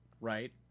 right